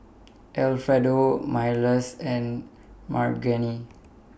Alfredo Myles and Margene